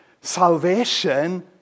Salvation